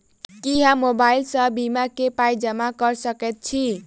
की हम मोबाइल सअ बीमा केँ पाई जमा कऽ सकैत छी?